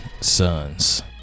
sons